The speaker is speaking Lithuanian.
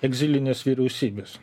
egzilinės vyriausybės